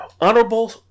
Honorable